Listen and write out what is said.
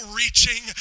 reaching